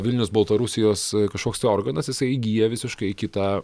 vilnius baltarusijos kažkoks tai organas jisai įgyja visiškai kitą